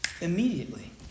Immediately